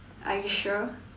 are you sure